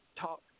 talk